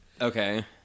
Okay